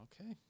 Okay